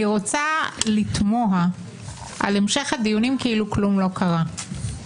אני רוצה לתמוה על המשך הדיונים כאילו כלום לא קרה.